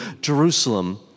Jerusalem